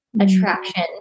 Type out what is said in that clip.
attraction